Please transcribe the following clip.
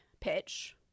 pitch